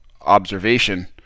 observation